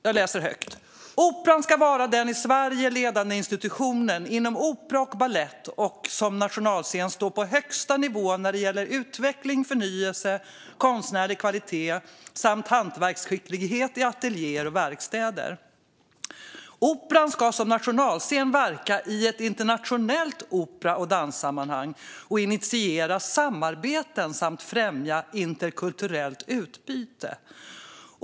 Jag läser högt: Operan ska vara den i Sverige ledande institutionen inom opera och balett och som nationalscen stå på högsta nivå vad gäller utveckling, förnyelse, konstnärlig kvalitet samt hantverksskicklighet i ateljéer och verkstäder. Operan ska som nationalscen verka i ett internationellt opera och danssammanhang och initiera samarbeten samt främja interkulturellt utbyte.